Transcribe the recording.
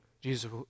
Jesus